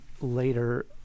later